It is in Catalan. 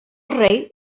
rei